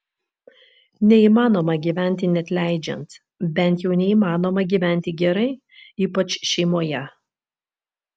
neįmanoma gyventi neatleidžiant bent jau neįmanoma gyventi gerai ypač šeimoje